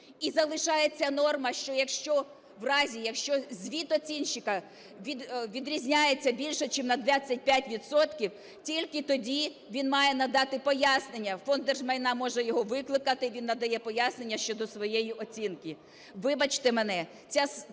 І залишається норма, що, якщо в разі, якщо звіт оцінщика відрізняється більше чим на 25 відсотків, тільки тоді він має надати пояснення. Фонд держмайна може його викликати, він надає пояснення щодо своєї оцінки. Вибачте мене,